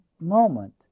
moment